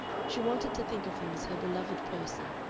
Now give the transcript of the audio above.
she wanted to think of him as her beloved person,